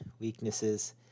weaknesses